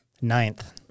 ninth